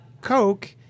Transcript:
Coke